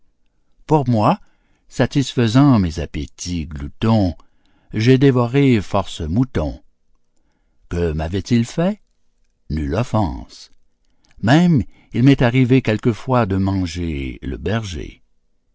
pour moi satisfaisant mes appétits gloutons j'ai dévoré force moutons que mavaient ils fait nulle offense même il m'est arrivé quelquefois de manger le berger